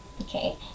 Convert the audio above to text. Okay